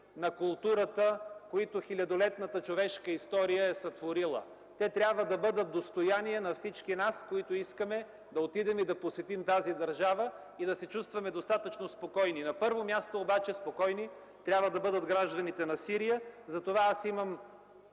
на културата, които хилядолетната човешка история е сътворила. Те трябва да бъдат достояние на всички нас, които искаме да отидем и да посетим тази държава, и да се чувстваме достатъчно спокойни. На първо място, обаче спокойни трябва да бъдат гражданите на Сирия. Затова аз имам